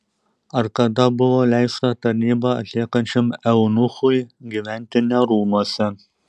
ar kada buvo leista tarnybą atliekančiam eunuchui gyventi ne rūmuose